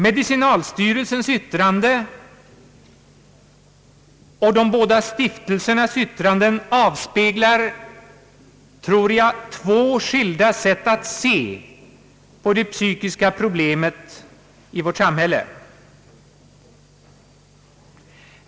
Medicinalstyrelsens yttrande och de båda stiftelsernas yttranden avspeglar två skilda sätt att se på det psykiska problemet i vårt samhälle.